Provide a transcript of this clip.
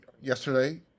yesterday